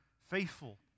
faithful